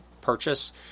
purchase